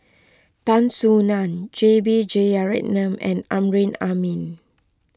Tan Soo Nan J B Jeyaretnam and Amrin Amin